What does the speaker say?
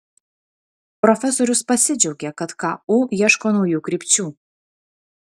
profesorius pasidžiaugė kad ku ieško naujų krypčių